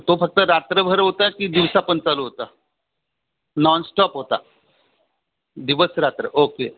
तो फक्त रात्रभर होता की दिवसापण चालू होता नॉनस्टॉप होता दिवस रात्र ओके